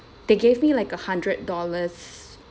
they gave me like a hundred dollars